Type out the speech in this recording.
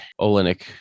Olenek